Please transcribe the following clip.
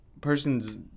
person's